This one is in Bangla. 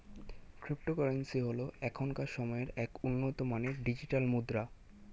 ক্রিপ্টোকারেন্সি হল এখনকার সময়ের এক উন্নত মানের ডিজিটাল মুদ্রা